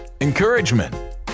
Encouragement